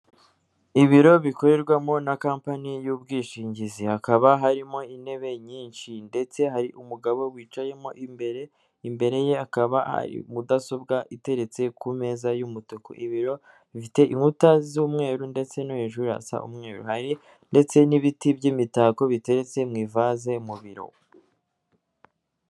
Ibiro bikorerwamo na kampani y'ubwishingizi, hakaba harimo intebe nyinshi ndetse hari umugabo wicayemo imbere, imbere ye hakaba mudasobwa iteretse ku meza y'umutuku, ibiro bifite inkuta z'umweru ndetse no hejuru hasa umweru ndetse n'ibiti by'imitako biteretse mu ivaze mu biro.